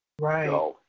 Right